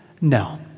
no